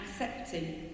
accepting